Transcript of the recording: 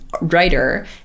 writer